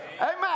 Amen